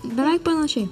beveik panašiai